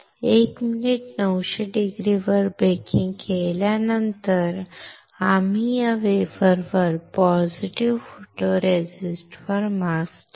1 minute 900C वर baking केल्यानंतर आम्ही या वेफरवर पॉझिटिव्ह फोटोरेसिस्टवर मास्क ठेवू